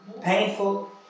painful